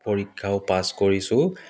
পৰীক্ষাও পাছ কৰিছোঁ